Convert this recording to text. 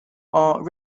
are